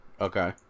Okay